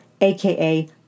aka